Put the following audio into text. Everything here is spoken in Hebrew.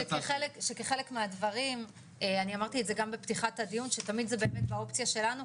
כחלק מהדברים אני אמרתי את גם בפתיחת הדיון שתמיד זה באמת באופציה שלנו